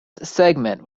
segment